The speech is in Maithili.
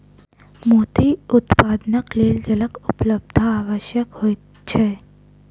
मोती उत्पादनक लेल जलक उपलब्धता आवश्यक होइत छै